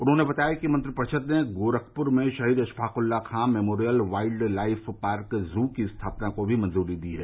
उन्होंने बताया कि मंत्रिपरिषद ने गोरखपुर में शहीद Ashfaq Ullah Khan memorial wild life park zoo की स्थापना को भी मंजूरी दी है